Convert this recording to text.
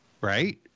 right